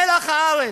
מלח הארץ,